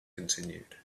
continued